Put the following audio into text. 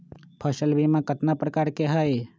फसल बीमा कतना प्रकार के हई?